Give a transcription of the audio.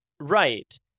right